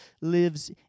lives